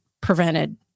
prevented